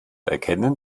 erkennen